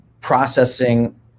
processing